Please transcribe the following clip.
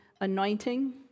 anointing